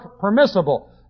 permissible